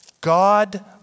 God